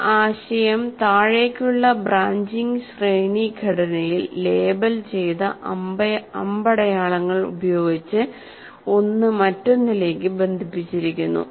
ഒരു ആശയം താഴേക്കുള്ള ബ്രാഞ്ചിംഗ് ശ്രേണി ഘടനയിൽ ലേബൽ ചെയ്ത അമ്പടയാളങ്ങൾ ഉപയോഗിച്ച് ഒന്ന് മറ്റൊന്നിലേക്ക് ബന്ധിപ്പിച്ചിരിക്കുന്നു